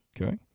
Okay